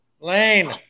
Lane